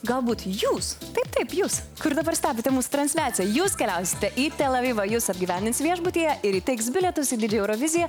galbūt jūs taip taip jūs kur dabar stebite mūsų transliaciją jūs keliausite į tel avivą jus apgyvendins viešbutyje ir įteiks bilietus į didžiąją euroviziją